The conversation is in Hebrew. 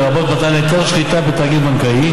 לרבות מתן היתר שליטה בתאגיד בנקאי,